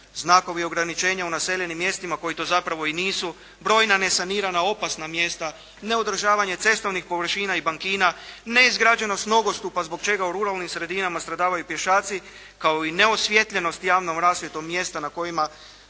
znakovi ograničenja u naseljenim mjestima koji to zapravo i nisu, brojna nesanirana opasna mjesta, neodržavanje cestovnih površina i bankina, neizgrađenost nogostupa zbog čega u ruralnim sredinama stradavaju pješaci kao i neosvijetljenost javnom rasvjetom mjesta na kojima